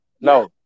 No